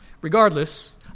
Regardless